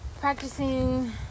practicing